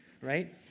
right